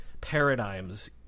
paradigms